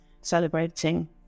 celebrating